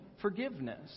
forgiveness